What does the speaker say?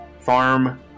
farm